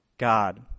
God